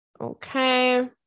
Okay